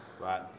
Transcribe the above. right